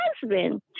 husband